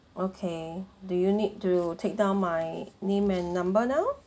okay do you need to take down my name and number now